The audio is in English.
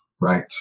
right